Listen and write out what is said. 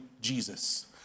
Jesus